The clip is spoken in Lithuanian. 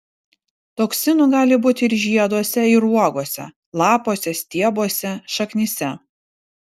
toksinų gali būti ir žieduose ir uogose lapuose stiebuose šaknyse